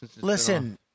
Listen